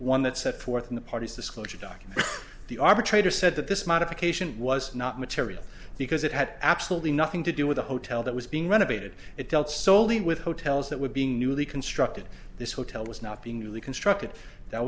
one that set forth in the party's disclosure document the arbitrator said that this modification was not material because it had absolutely nothing to do with the hotel that was being renovated it dealt solely with hotels that were being newly constructed this hotel was not being newly constructed that